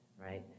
right